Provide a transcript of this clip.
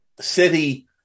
City